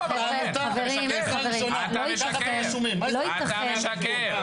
משקר, רונן, אתה משקר.